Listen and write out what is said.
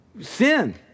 sin